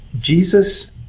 Jesus